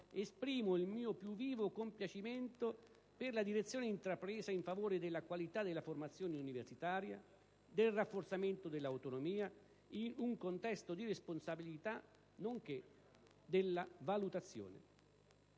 esprimo il mio più vivo compiacimento per la direzione intrapresa in favore della qualità della formazione universitaria, del rafforzamento dell'autonomia in un contesto di responsabilità, nonché della valutazione.